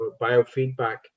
biofeedback